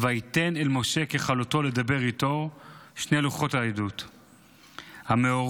"ויתן אל משה ככלתו לדבר אתו שני לוחות העדות"; המאורות,